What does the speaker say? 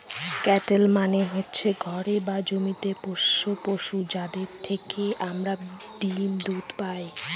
cattle মানে হচ্ছে ঘরে বা জমিতে পোষ্য পশু, যাদের থেকে আমরা ডিম দুধ পায়